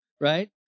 right